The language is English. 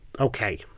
okay